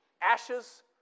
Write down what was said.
ashes